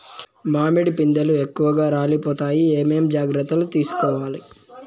మామిడి పిందెలు ఎక్కువగా రాలిపోతాయి ఏమేం జాగ్రత్తలు తీసుకోవల్ల?